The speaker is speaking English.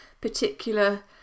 particular